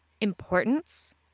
importance